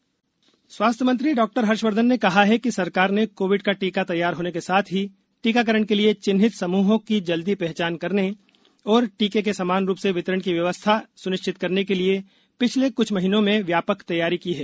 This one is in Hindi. हर्षवर्द्धन टीका योजना स्वास्थ्य मंत्री डॉक्टर हर्षवर्द्धन ने कहा है कि सरकार ने कोविड का टीका तैयार होने के साथ ही टीकाकरण के लिए चिन्हित समूहों की जल्दी पहचान करने और टीके के समान रूप से वितरण की व्यवस्था सुनिश्चित करने के लिए पिछले कुछ महीनों में व्यापक तैयारी की है